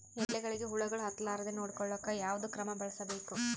ಎಲೆಗಳಿಗ ಹುಳಾಗಳು ಹತಲಾರದೆ ನೊಡಕೊಳುಕ ಯಾವದ ಕ್ರಮ ಬಳಸಬೇಕು?